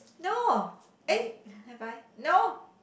no eh have I no